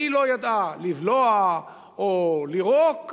והיא לא ידעה לבלוע או לירוק,